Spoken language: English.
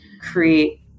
create